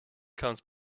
comes